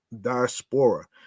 diaspora